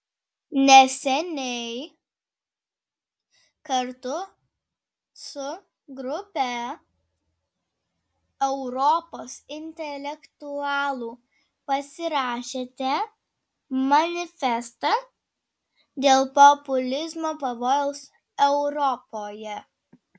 neseniai kartu su grupe europos intelektualų pasirašėte manifestą dėl populizmo pavojaus europoje